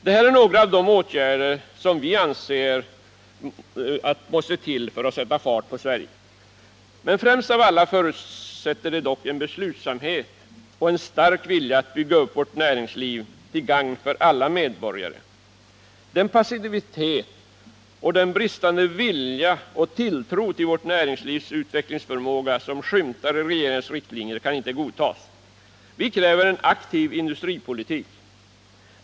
Det här är några av de åtgärder som vi anser måste till för att sätta fart på Sverige. De främsta förutsättningarna är dock beslutsamhet och en stark vilja att bygga upp vårt näringsliv till gagn för alla medborgare. Den passivitet och den bristande vilja och tilltro till vårt näringslivs utvecklingsförmåga som skymtar i regeringens riktlinjer kan inte godtas. Vi kräver en aktiv industripolitik.